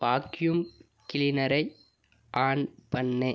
vacuum க்ளீனரை on பண்ணு